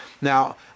Now